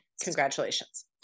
congratulations